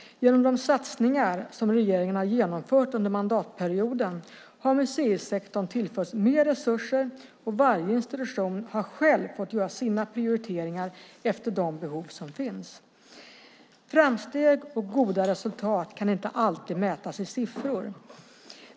Genom de satsningar som regeringen har genomfört under mandatperioden har museisektorn tillförts mer resurser, och varje institution har själv fått göra sina prioriteringar efter de behov som finns. Framsteg och goda resultat kan inte alltid mätas i siffror.